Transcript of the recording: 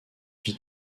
vit